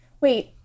Wait